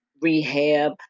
rehab